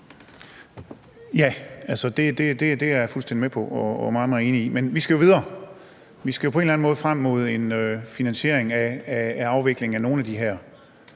Ja, det er jeg fuldstændig med på og meget, meget enig i, men vi skal jo videre. Vi skal jo på en eller anden måde frem mod en finansiering af afviklingen af nogle af de her